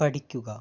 പഠിക്കുക